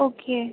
okay